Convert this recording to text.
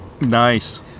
Nice